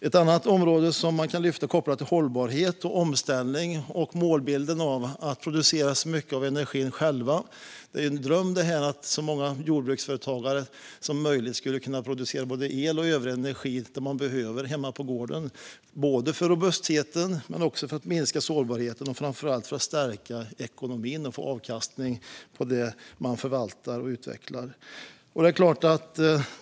Ett annat område som kan lyftas upp kopplat till hållbarhet, omställning och målbilden att själv kunna producera mycket av energin är att en dröm är att så många jordbruksföretagare som möjligt ska kunna producera både el och övrig energi utöver vad de behöver hemma på gården, både för robustheten och för att minska sårbarheten men framför allt för att stärka ekonomin och få avkastning på det man förvaltar och utvecklar.